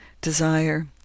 desire